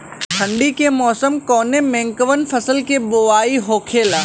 ठंडी के मौसम कवने मेंकवन फसल के बोवाई होखेला?